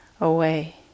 away